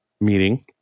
meeting